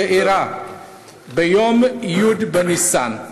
שאירע ביום י' בניסן.